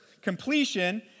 Completion